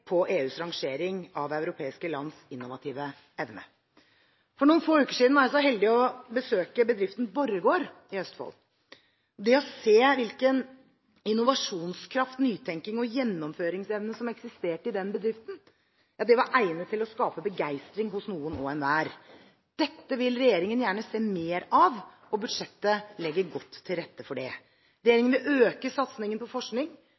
på EUs rangering av europeiske lands innovative evne. For noen få uker siden var jeg så heldig å få besøke bedriften Borregaard i Østfold. Det å se hvilken innovasjonskraft, nytenking og gjennomføringsevne som eksisterte i den bedriften, var egnet til å skape begeistring hos noen hver. Dette vil regjeringen gjerne se mer av, og budsjettet legger godt til rette for det. Regjeringen vil øke satsingen på forskning